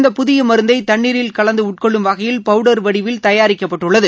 இந்த புதிய மருந்தை தண்ணீரில் கலந்து உட்கொள்ளும் வகையில் பவுடர் வடிவில் தயாரிக்கப்பட்டுள்ளது